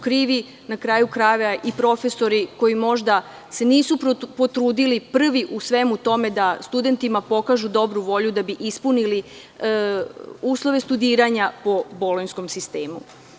Krivi su na kraju krajeva profesori koji se možda nisu potrudili prvi da u svemu tome studentima pokažu dobru volju da bi ispunili uslove studiranja po Bolonjskom sistemu.